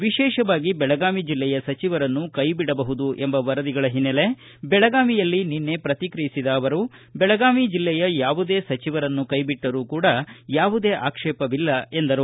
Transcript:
ವಿಶೇಷವಾಗಿ ಬೆಳಗಾವಿ ಜಿಲ್ಲೆಯ ಸಚಿವರನ್ನು ಕೈಬಿಡಬಹುದು ಎಂಬ ವರದಿಗಳ ಹಿನ್ನೆಲೆ ಬೆಳಗಾವಿಯಲ್ಲಿ ನಿನ್ನೆ ಪ್ರತಿಕ್ರಿಯಿಸಿದ ಅವರು ಬೆಳಗಾವಿ ಜಿಲ್ಲೆಯ ಯಾವುದೇ ಸಚಿವರನ್ನು ಕೈಬಿಟ್ಟರೂ ಕೂಡ ಯಾವುದೇ ಆಕ್ಷೇಪವಿಲ್ಲ ಎಂದರು